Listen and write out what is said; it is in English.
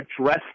address